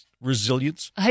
resilience